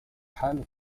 حالك